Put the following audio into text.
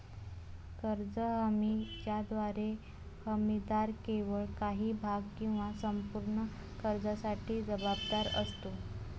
कर्ज हमी ज्याद्वारे हमीदार केवळ काही भाग किंवा संपूर्ण कर्जासाठी जबाबदार असतो